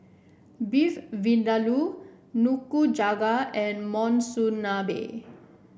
Beef Vindaloo Nikujaga and Monsunabe